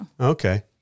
Okay